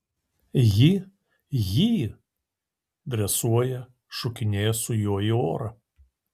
ji jį dresuoja šokinėja su juo į orą